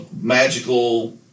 magical